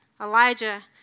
Elijah